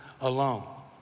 alone